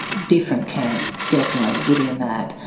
different camps, definitely, within that.